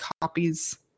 copies